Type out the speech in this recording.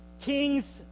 King's